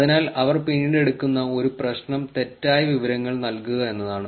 അതിനാൽ അവർ പിന്നീട് എടുക്കുന്ന ഒരു പ്രശ്നം തെറ്റായ വിവരങ്ങൾ നൽകുക എന്നതാണ്